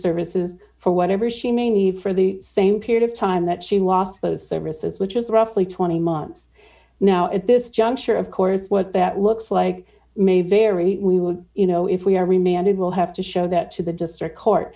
services for whatever she may need for the same period of time that she lost those services which is roughly twenty months now at this juncture of course what that looks like may vary we would you know if we are we may and it will have to show that to the district court